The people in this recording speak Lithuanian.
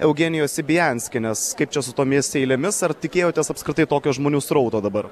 eugenijos ibianskienės kaip čia su tomies eilėmis ar tikėjotės apskritai tokio žmonių srauto dabar